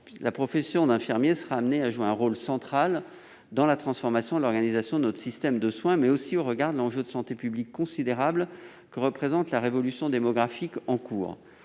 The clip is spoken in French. La profession d'infirmier sera amenée à jouer un rôle central dans la transformation de l'organisation de notre système de soins, mais aussi au regard de l'enjeu de santé publique considérable que représente la révolution démographique en cours.